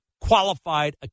qualified